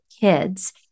kids